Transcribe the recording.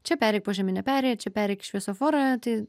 čia pereik požeminę perėją čia pereik į šviesoforą tai